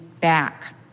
back